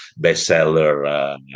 bestseller